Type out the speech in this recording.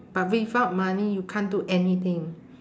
but without money you can't do anything